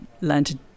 learned